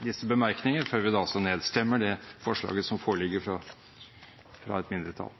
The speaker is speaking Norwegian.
Disse bemerkningene før vi da altså nedstemmer det forslaget som foreligger fra et mindretall.